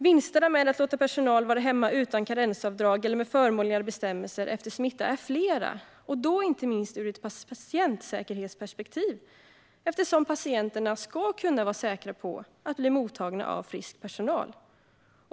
Vinsterna med att låta personal vara hemma utan karensavdrag eller med förmånligare bestämmelser efter smitta är flera, inte minst ur ett patientsäkerhetsperspektiv eftersom patienterna ska kunna vara säkra på att bli mottagna av frisk personal.